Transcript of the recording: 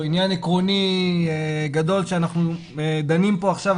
עניין עקרוני גדול שאנחנו דנים פה עכשיו.